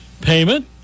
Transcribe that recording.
payment